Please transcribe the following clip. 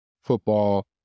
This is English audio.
football